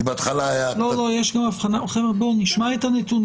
אנחנו נשמע את הנתונים.